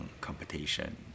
competition